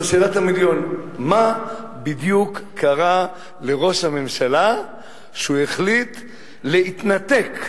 זאת שאלת המיליון: מה בדיוק קרה לראש הממשלה כשהוא החליט להתנתק,